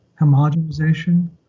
homogenization